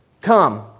Come